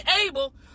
able